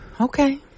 Okay